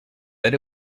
that